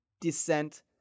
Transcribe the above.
descent